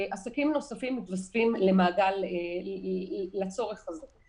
עסקים נוספים מתווספים לצורך הזה.